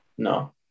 No